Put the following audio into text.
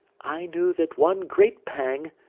i knew that one great pang,